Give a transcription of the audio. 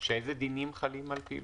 אילו דינים חלים על פעילותה?